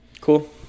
cool